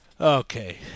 Okay